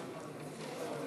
להלן